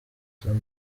tony